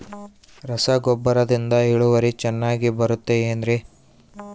ರಸಗೊಬ್ಬರದಿಂದ ಇಳುವರಿ ಚೆನ್ನಾಗಿ ಬರುತ್ತೆ ಏನ್ರಿ?